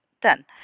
done